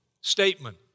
statement